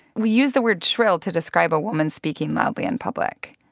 we use the word shrill to describe a woman speaking loudly in public.